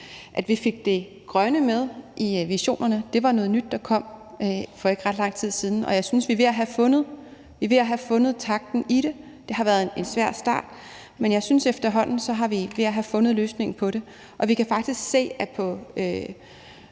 At vi fik det grønne med i visionerne, var noget nyt, der kom for ikke ret lang tid siden. Og jeg synes, at vi er ved at have fundet takten i det. Det har været en svær start, men jeg synes efterhånden, at vi er ved at have fundet løsningen på det. Og vi kan faktisk se, at vi